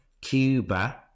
Cuba